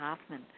Hoffman